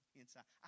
inside